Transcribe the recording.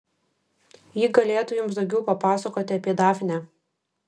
ji galėtų jums daugiau papasakoti apie dafnę